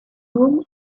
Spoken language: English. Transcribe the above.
whom